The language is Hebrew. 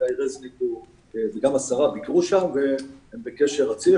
חגי רזניק, וגם השרה ביקרו שם והם בקשר רציף.